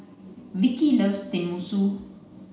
Vikki loves Tenmusu